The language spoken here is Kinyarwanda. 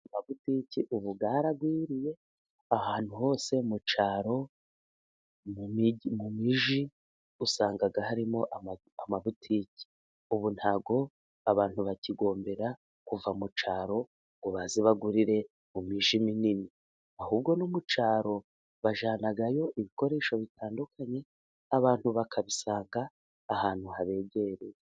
Amabutike ubu yaragwiriye ahantu hose mu cyaro mu migi usanga harimo amabutiki. Ubu ntabwo abantu bakigombera kuva mu cyaro ngo baze bagurire mu migi minini, ahubwo no mu cyaro bajyanayo ibikoresho bitandukanye abantu bakabisanga ahantu haregereye.